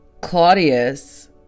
Claudius